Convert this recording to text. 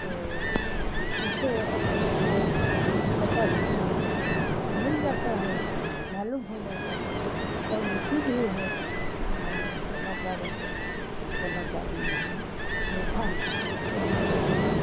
तो इससे हमको पता मिल जाता है मालूम हो जाता है और रुचि भी है और समाचारों से समाचार में हम देखा तो हमको